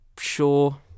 sure